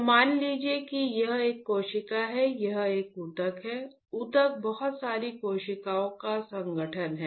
तो मान लीजिए कि यह एक कोशिका है यह एक ऊतक है ऊतक बहुत सारी कोशिकाओं का संगठन है